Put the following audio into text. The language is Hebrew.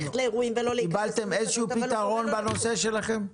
קיבלתם איזשהו פתרון בנושא שלכם?